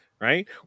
right